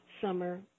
summer